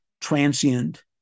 transient